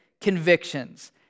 convictions